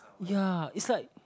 ya is like